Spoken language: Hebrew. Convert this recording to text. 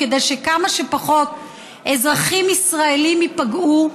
כדי שכמה שפחות אזרחים ישראלים ייפגעו,